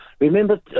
Remember